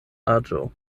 aĝo